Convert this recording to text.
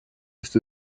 ist